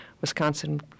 Wisconsin